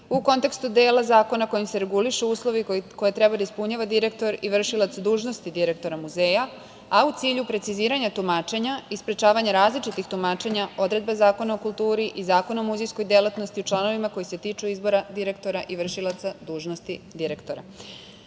u kontekstu dela zakona kojim se regulišu uslovi koje treba da ispunjava direktor i vršilac dužnosti direktora Muzeja, a u cilju preciziranja tumačenja i sprečavanja različitih tumačenja odredaba Zakona o kulturi i Zakona o muzejskoj delatnosti, u članovima koji se tiču izbora direktora i vršilaca dužnosti direktora. Odredbe